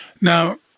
Now